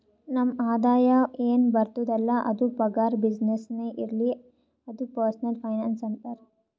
ನಮ್ ಆದಾಯ ಎನ್ ಬರ್ತುದ್ ಅಲ್ಲ ಅದು ಪಗಾರ, ಬಿಸಿನ್ನೆಸ್ನೇ ಇರ್ಲಿ ಅದು ಪರ್ಸನಲ್ ಫೈನಾನ್ಸ್ ಅಂತಾರ್